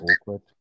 awkward